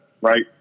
right